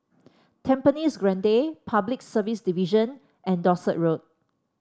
Tampines Grande Public Service Division and Dorset Road